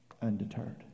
undeterred